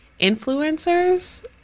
influencers